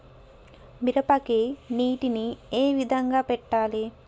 మిరపకి నీటిని ఏ విధంగా పెట్టాలి?